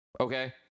Okay